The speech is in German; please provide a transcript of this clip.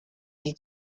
die